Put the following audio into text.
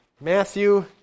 Matthew